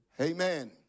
Amen